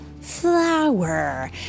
Flower